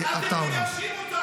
אתם מגרשים אותם.